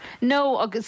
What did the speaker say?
No